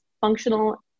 functional